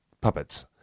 puppets